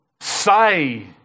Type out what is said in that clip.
say